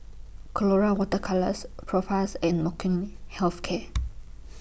Colora Water Colours Propass and Molnylcke Health Care